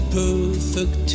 perfect